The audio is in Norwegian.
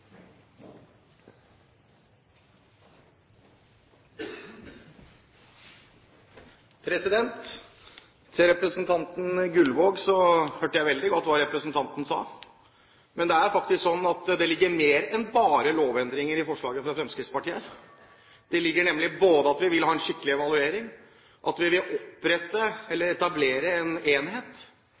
sa. Men det ligger mer enn bare lovendringer i forslaget fra Fremskrittspartiet, nemlig at vi vil ha en skikkelig evaluering, og at vi vil etablere en enhet